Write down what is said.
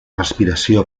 respiració